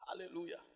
Hallelujah